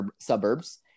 suburbs